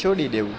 છોડી દેવું